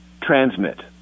transmit